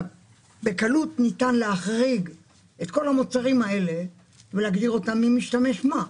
בקלות ניתן להחריג את כל המוצרים האלה ולהגדיר מי משתמש במה.